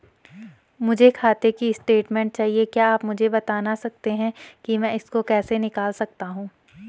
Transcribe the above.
मुझे खाते की स्टेटमेंट चाहिए क्या आप मुझे बताना सकते हैं कि मैं इसको कैसे निकाल सकता हूँ?